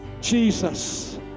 Jesus